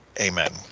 Amen